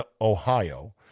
Ohio